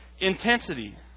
intensity